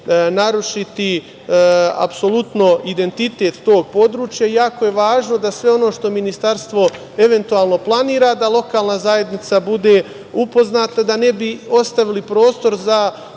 narušiti apsolutno identitet tog područja, iako je važno da sve ono što Ministarstvo eventualno planira, da lokalna zajednica bude upoznata, da ne bi ostavili prostor za